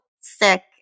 sick